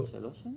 לא.